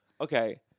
Okay